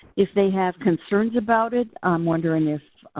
if they have concerns about it. i'm wondering if